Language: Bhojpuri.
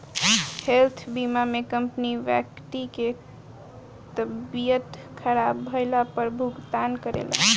हेल्थ बीमा में कंपनी व्यक्ति के तबियत ख़राब भईला पर भुगतान करेला